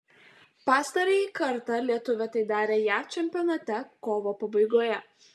pastarąjį kartą lietuvė tai darė jav čempionate kovo pabaigoje